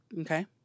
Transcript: Okay